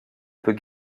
peut